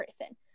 person